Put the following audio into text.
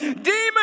Demons